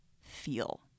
feel